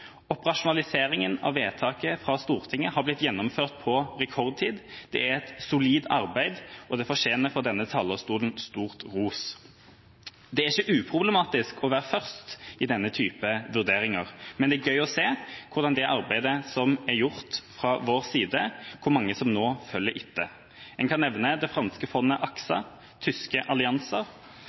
Operasjonaliseringen av vedtaket fra Stortinget har blitt gjennomført på rekordtid. Det er et solid arbeid, og det fortjener fra denne talerstolen stor ros. Det er ikke uproblematisk å være først i denne typen vurderinger, men det er gøy å se hvordan det arbeidet som er gjort fra vår side, har ført til at mange nå følger etter. Jeg kan nevne det franske fondet AXA og tyske